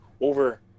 over